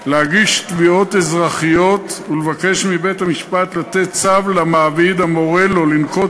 להגיש תביעות אזרחיות ולבקש מבית-המשפט לתת צו למעביד המורה לו לנקוט